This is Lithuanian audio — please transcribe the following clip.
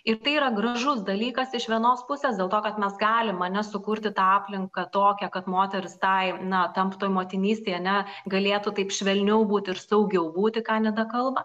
ir tai yra gražus dalykas iš vienos pusės dėl to kad mes galim ane sukurti tą aplinką tokią kad moters tai na temptų motinystėj ane galėtų taip švelniau būti ir saugiau būti ką nida kalba